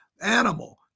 Animal